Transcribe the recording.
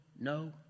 No